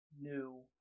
New